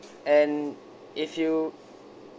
and if you